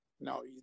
No